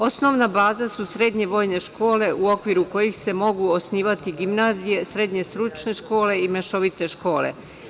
Osnovna baza su srednje vojne škole u okviru kojih se mogu osnivati gimnazije, srednje stručne škole i mešovite škole.